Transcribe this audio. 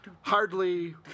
hardly